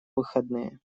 выходные